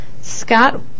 Scott